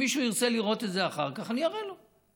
אם מישהו ירצה לראות את זה אחר כך, אני אראה לו.